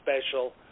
special